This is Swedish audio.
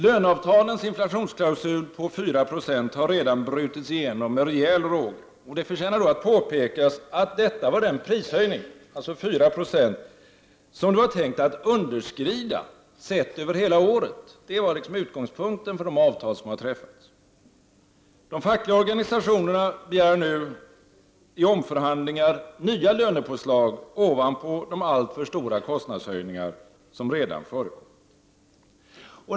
Löneavtalens inflationsklausul på 4 96 har redan brutits igenom med rejäl råge. Det förtjänar påpekas att detta var den prishöjning, alltså 4 96, som det var tänkt att underskrida sett över hela året. Det var utgångspunkten för de avtal som har träffats. De fackliga organisationerna begär nu i omförhandlingar nya lönepåslag ovanpå de alltför stora kostnadshöjningar som redan förekommit.